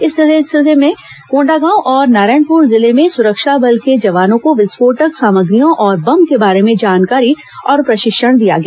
इस सिलसिले में कोंडागांव और नारायणपुर जिले में सुरक्षा बल के जवानों को विस्फोटक सामग्रियों तथा बम के बारे में जानकारी और प्रशिक्षण दिया गया